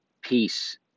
peace